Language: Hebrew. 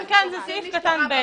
סעיף קטן (ב).